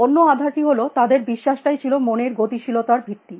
অন্য আধারটি হল তাদের বিশ্বাসটাই ছিল মনের গতিশীলতার ভিত্তি